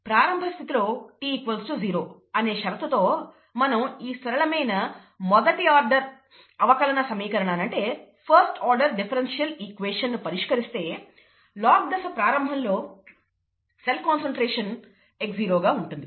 ప్రారంభ స్థితిలో t 0 అనే షరతు తో మనం ఈ సరళమైన మొదటి ఆర్డర్ అవకలన సమీకరణాన్ని పరిష్కరిస్తే ల్యాగ్ ఫేజ్ ప్రారంభంలో సెల్ కాన్సన్ట్రేషన్ x0 ఉంటుంది